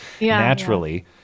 naturally